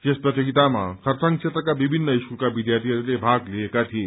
यस प्रतियोगितामा खरसाङ क्षेत्रका विभिन्न स्कूलका विद्यार्थीहरूले भाग लिएका थिए